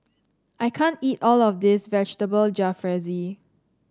I can't eat all of this Vegetable Jalfrezi